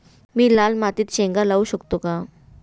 मी लाल मातीत शेंगा लावू शकतो का?